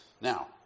Now